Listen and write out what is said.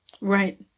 Right